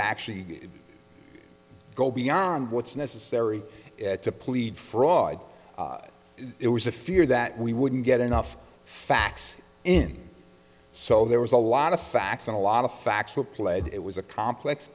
to actually go beyond what's necessary to plead fraud there was a fear that we wouldn't get enough facts in so there was a lot of facts and a lot of factual pled it was a complex